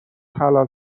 حلال